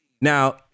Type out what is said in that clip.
now